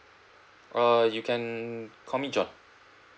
err you can call me john